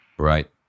right